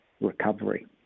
recovery